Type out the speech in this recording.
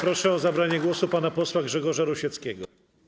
Proszę o zabranie głosu pana posła Grzegorza Rusieckiego.